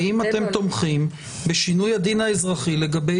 האם אתם תומכים בשינוי הדין האזרחי לגבי